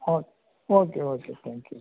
okay okay okay thank you